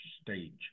stage